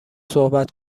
صحبت